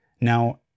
Now